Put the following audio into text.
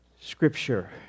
Scripture